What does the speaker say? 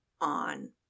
on